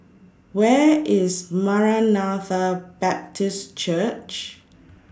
Where IS Maranatha Baptist Church